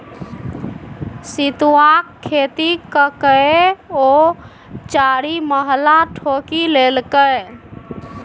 सितुआक खेती ककए ओ चारिमहला ठोकि लेलकै